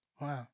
wow